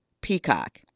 Peacock